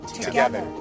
together